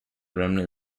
rhymney